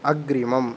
अग्रिमम्